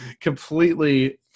completely